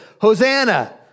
Hosanna